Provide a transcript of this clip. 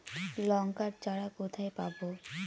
লঙ্কার চারা কোথায় পাবো?